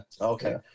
Okay